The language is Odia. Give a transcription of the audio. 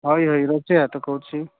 ହଇ ହଇ ରୋଷେଇ ବାସ କରୁଛି